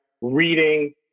reading